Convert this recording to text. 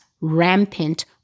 rampant